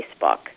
Facebook